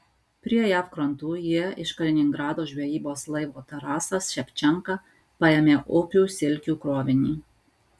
prie jav krantų jie iš kaliningrado žvejybos laivo tarasas ševčenka paėmė upių silkių krovinį